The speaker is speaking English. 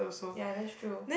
ya that's true